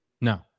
No